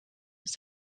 with